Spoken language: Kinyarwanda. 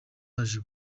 yaje